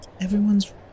Everyone's